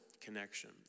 connection